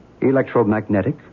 Electromagnetic